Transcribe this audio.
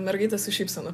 mergaitė su šypsena